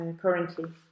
currently